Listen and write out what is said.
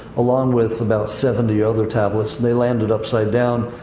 along with about seventy other tablets. they landed upside down.